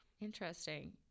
interesting